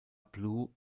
blue